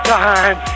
time